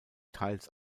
teils